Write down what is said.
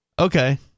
Okay